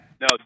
No